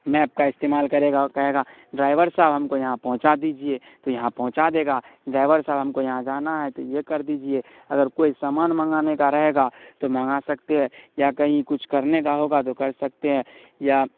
map کا استعمال کرے گا اور کہے گا ڈرائیور صاحب ہم کو یہاں پہنچا دیجیے تو یہاں پہنچا دے گا ڈرائیور صاحب ہم یہاں جانا تو یہ کر دیجیے اگر کوئی سامان منگانے کا رہے گا تو منگا سکتے ہے یا کہیں کچھ کرنے کا ہوگا تو کر سکتے ہے یا